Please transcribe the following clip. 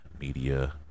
media